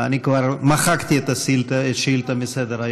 אני כבר מחקתי את השאילתה מסדר-היום.